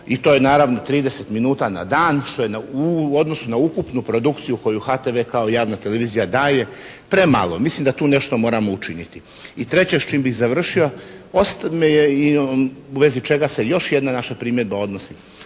i to je naravno 30 minuta na dan što je u odnosu na ukupnu produkciju koju HTV kao javna televizija daje premalo. Mislim da tu nešto moramo učiniti. I treće s čim bih završio i u vezi čega se još jedna naša primjedba odnosi.